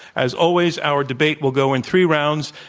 as always, our debate will go in three rounds.